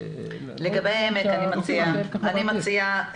לגבי העמק אני מציעה,